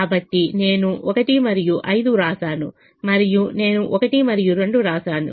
కాబట్టి నేను 1 మరియు 5 వ్రాసాను మరియు నేను 1 మరియు 2 వ్రాసాను